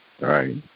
Right